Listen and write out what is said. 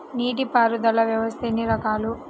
నీటిపారుదల వ్యవస్థలు ఎన్ని రకాలు?